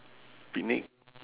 picnic